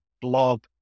blog